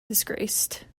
disgraced